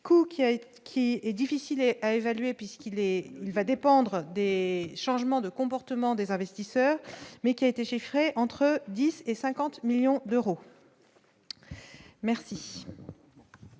a été qui est difficile et à évaluer puisqu'il est, il va dépendre des changements de comportement des investisseurs, mais qui a été chiffré entre 10 et 50 millions d'euros. Merci.